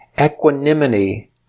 equanimity